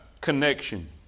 Connection